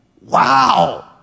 Wow